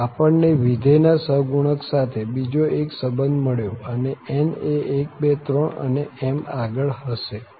આમ આપણ ને વિધેયના સહગુણક સાથે બીજો એક સંબંધ મળ્યો અને n એ 1 2 3 અને એમ આગળ હશે